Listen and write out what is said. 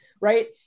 right